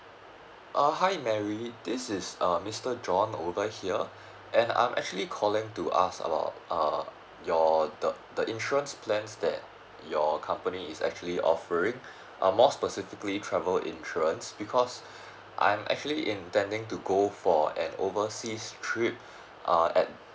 ah hi mary this is err mister john over here and I'm actually calling to ask about err your the the insurance plans that your company is actually offering a more specifically travel insurance because I'm actually intending to go for an overseas trip uh at